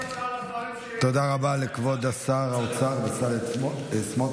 מזל שאין תקציב, זה כלום.